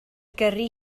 gyrru